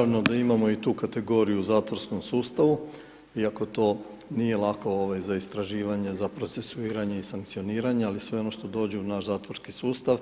Naravno da imamo i tu kategoriju u zatvorskom sustavu iako to nije lako za istraživanje, za procesuiranje i sankcioniranje i sankcioniranje ali sve ono što dođe u naš zatvorski sustav,